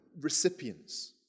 recipients